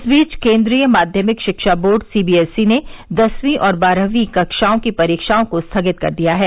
इस बीच केन्द्रीय माध्यमिक शिक्षा board C B S E ने दसवीं और बारहवीं कक्षाओं की परीक्षाओं को स्थगित कर दिया है